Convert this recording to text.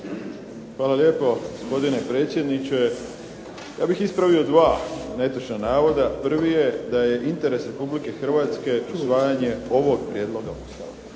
Hvala lijepo, gospodine predsjedniče. Ja bih ispravio dva netočna navoda. Prvi je da je interes Republike Hrvatske usvajanje ovog prijedloga Ustava.